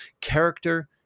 character